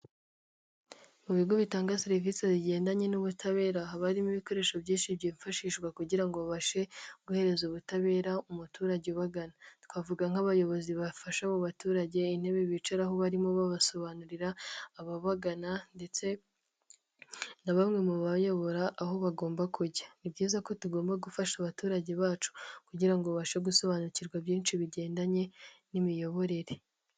Mu bigo bitanga serivisi zigendanye n'ubutabera, haba harimo ibikoresho byinshi byifashishwa kugira ngo babashe guhereza ubutabera umuturage ubagana. Twavuga nk'abayobozi bafasha abo baturage, intebe bicara aho barimo babasobanurira ababagana ndetse na bamwe mu bayobora aho bagomba kujya. Ni byiza ko tugomba gufasha abaturage bacu kugira ngo ubashe gusobanukirwa byinshi bigendanye n'imiyoborere.